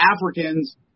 Africans